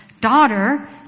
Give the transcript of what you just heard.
daughter